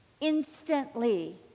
instantly